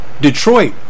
Detroit